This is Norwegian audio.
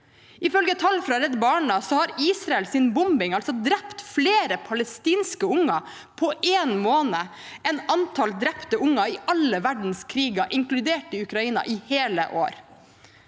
Ifølge tall fra Redd Barna har Israels bombing altså drept flere palestinske unger på en måned enn det er antall drepte unger i alle verdens kriger, inkludert i Ukraina, i hele år.